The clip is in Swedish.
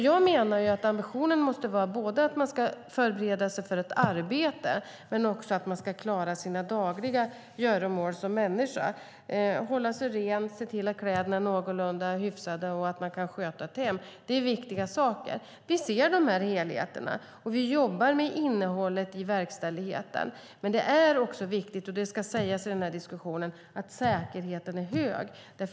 Jag menar att ambitionen måste vara både att man ska förbereda sig för ett arbete och att man ska klara sina dagliga göromål som människa, hålla sig ren, se till att kläderna är hyfsade och sköta ett hem. Det är viktiga saker. Vi ser de här helheterna, och vi jobbar med innehållet i verkställigheten. Men det är också viktigt - det ska sägas i den här diskussionen - att säkerheten är hög.